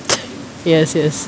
yes yes but but what